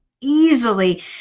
easily